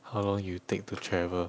how long you take to travel